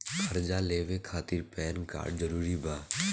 कर्जा लेवे खातिर पैन कार्ड जरूरी बा?